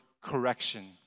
correction